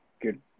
good